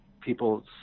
people